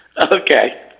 Okay